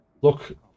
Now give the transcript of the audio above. Look